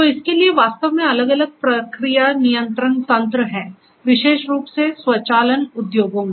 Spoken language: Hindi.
तो इसके लिए वास्तव में अलग अलग प्रक्रिया नियंत्रण तंत्र हैं विशेष रूप से स्वचालन उद्योगों में